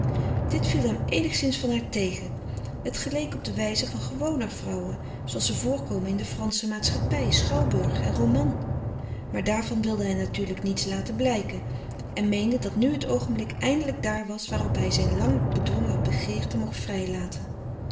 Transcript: dit viel hem eenigszins van haar tegen het geleek op de wijze van gewoner vrouwen zooals ze voorkomen in de fransche maatschappij schouwburg en roman maar daarvan wilde hij natuurlijk niets laten blijken en meende dat nu het oogenblik eindelijk daar was waarop hij zijn lang bedwongen begeerte mocht vrijlaten